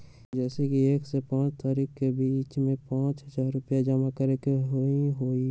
जैसे कि एक से पाँच तारीक के बीज में पाँच हजार रुपया जमा करेके ही हैई?